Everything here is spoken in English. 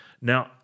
Now